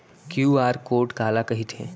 QR code काला कहिथे?